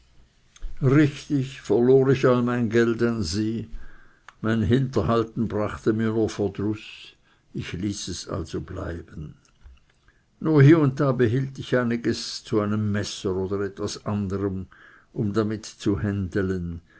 richtig verlor ich all mein geld an sie mein hinterhalten brachte mir nur verdruß ich ließ es also bleiben nur hie und da behielt ich einiges zu einem messer oder etwas anderm um damit zu händelen